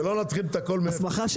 שלא נתחיל את הכל מהתחלה.